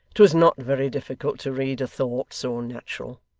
twas not very difficult to read a thought so natural.